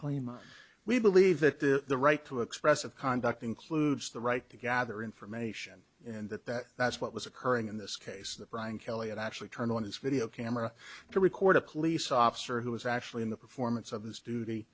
claim we believe that the right to express a conduct includes the right to gather information and that that that's what was occurring in this case the bryan kelly it actually turned on his video camera to record a police officer who was actually in the performance of his duty